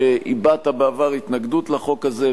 שהבעת בעבר התנגדות לחוק הזה,